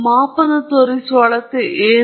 ಈ ಮೇಲಿನ ಮಿತಿಗಳನ್ನು ನಮಗೆ ನೀಡುವ ಉಗಿ ಕೋಷ್ಟಕಗಳು ಇವೆ